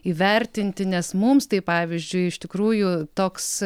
įvertinti nes mums tai pavyzdžiui iš tikrųjų toks